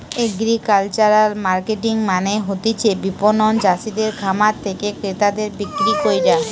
agricultural marketing মানে হতিছে বিপণন চাষিদের খামার থেকে ক্রেতাদের বিক্রি কইরা